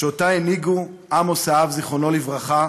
שאותה הנהיגו עמוס, האב, זיכרונו לברכה,